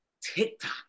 TikTok